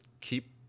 Keep